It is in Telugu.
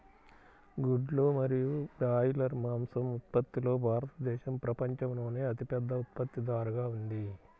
గుడ్లు మరియు బ్రాయిలర్ మాంసం ఉత్పత్తిలో భారతదేశం ప్రపంచంలోనే అతిపెద్ద ఉత్పత్తిదారుగా ఉంది